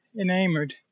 enamored